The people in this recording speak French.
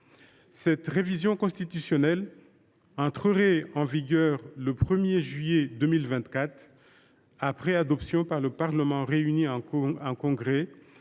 Cette révision constitutionnelle entrerait en vigueur le 1 juillet 2024, après adoption par le Parlement réuni en Congrès,